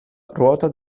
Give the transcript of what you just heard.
ruota